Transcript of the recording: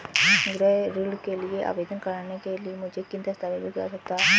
गृह ऋण के लिए आवेदन करने के लिए मुझे किन दस्तावेज़ों की आवश्यकता है?